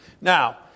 Now